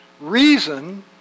reason